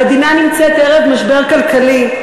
המדינה נמצאת ערב משבר כלכלי,